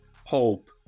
hope